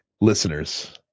listeners